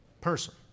person